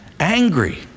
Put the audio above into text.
angry